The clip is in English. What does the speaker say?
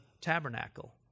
tabernacle